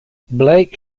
blake